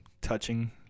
touching